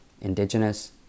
Indigenous